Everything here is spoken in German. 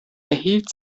erhielt